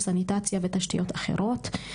סניטציה ותשתיות אחרות.